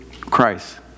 Christ